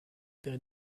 opérer